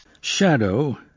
Shadow